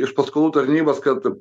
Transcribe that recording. iš paskolų tarnybos kad